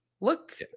Look